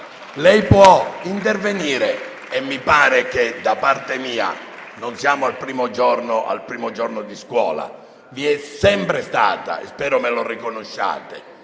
Lei può intervenire. Mi pare che da parte mia - non siamo al primo giorno di scuola - vi sia sempre stata - e spero me lo riconosciate